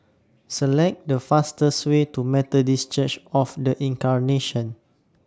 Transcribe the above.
Select The fastest Way to Methodist Church of The Incarnation